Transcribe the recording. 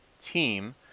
team